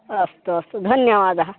अस्तु अस्तु धन्यवादः